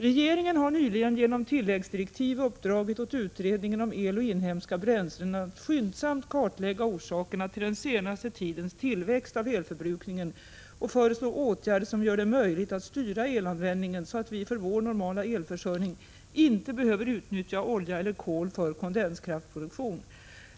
Regeringen har nyligen genom tilläggsdirektiv uppdragit åt utredningen om el och inhemska bränslen att skyndsamt kartlägga orsakerna till den senaste tidens tillväxt beträffande elförbrukningen och föreslå åtgärder som gör det möjligt att styra elanvändningen så, att vi för vår normala elförsörjning inte behöver utnyttja olja eller kol för kondenskraftproduktion.